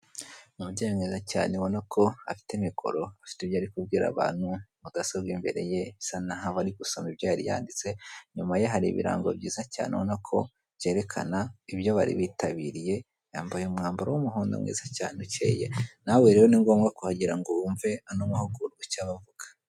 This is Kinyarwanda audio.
Umubyeyi mwiza cyane ubona ko afite mikoro afite ibyo ari kubwira abantu, mudasobwa imbere ye bisa naho aba ari gusoma ibyo yari yanditse, inyuma ye hari ibirango byiza cyane ubona ko byerekana ibyo bari bitabiriye, yambaye umwambaro w'umuhondo mwiza cyane ukeye, nawe rero ni ngombwa kuhagera kugira ngo wumve ano mahugurwa icyo avuga.